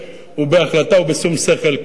ובהחלטה ובשום שכל כאן.